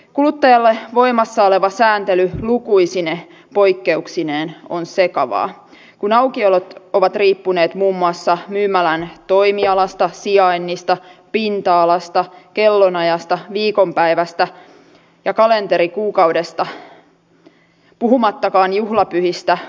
kuluttajalle voimassa oleva sääntely lukuisine poikkeuksineen on sekavaa kun aukiolot ovat riippuneet muun muassa myymälän toimialasta sijainnista pinta alasta kellonajasta viikonpäivästä ja kalenterikuukaudesta puhumattakaan juhlapyhistä poikkeuslupakäytäntöineen